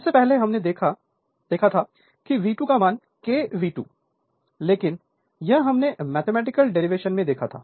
इससे पहले हमने देखा था कि V2 kV2 लेकिन यह हमने मैथमेटिकल डेरिवेशन में देखा था